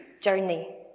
journey